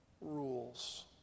rules